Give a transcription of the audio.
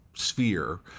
sphere